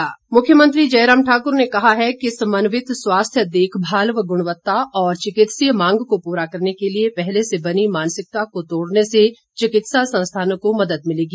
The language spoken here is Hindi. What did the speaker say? सीएम मुख्यमंत्री जयराम ठाकुर ने कहा है कि समन्वित स्वास्थ्य देखभाल व गुणवत्ता और चिकित्सीय मांग को पूरा करने के लिए पहले से बनी मानसिकता को तोड़ने से चिकित्सा संस्थानों को मदद मिलेगी